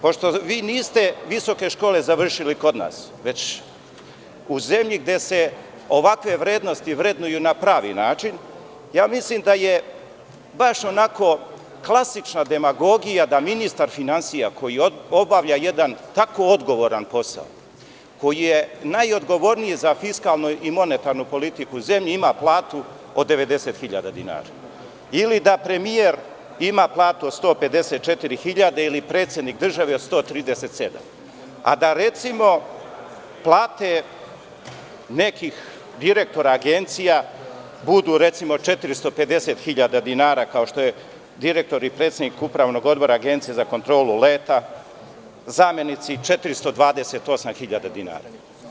Pošto vi niste visoke škole završili kod nas, već u zemlji gde se ovakve vrednosti vrednuju na pravi način, mislim da je baš klasična demagogija da ministar finansija, koji obavlja jedan tako odgovoran posao, koji je najodgovorniji za fiskalnu i monetarnu politiku u zemlji, ima platu od 90.000 dinara ili da premijer ima platu od 154.000 ili predsednik države od 137.000, a darecimo plate nekih direktora agencija budu 450.000 dinara, kao što je direktor i predsednik upravnog odbora Agencije za kontrolu leta, zamenici 428.000 dinara.